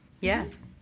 Yes